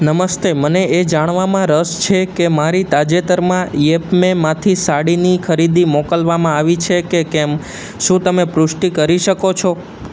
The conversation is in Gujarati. નમસ્તે મને એ જાણવામાં રસ છે કે મારી તાજેતરમાં યેપમેમાંથી સાડીની ખરીદી મોકલવામાં આવી છે કે કેમ શું તમે પુષ્ટી કરી શકો છો